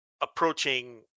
approaching